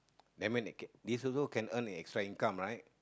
and its also can earn extra income right